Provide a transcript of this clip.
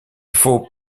faut